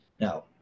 Now